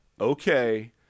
okay